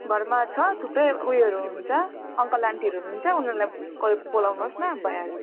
घरमा छ थुप्रै उयोहरू हुन्छ अङ्कल आन्टीहरू हुनु हुन्छ उनीहरूलाई कसैलाई बोलाउनु होस् न भइहाल्छ